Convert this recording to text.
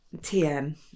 tm